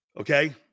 Okay